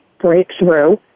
breakthrough